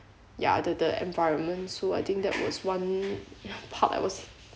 ya the the environment so I think that was one part I was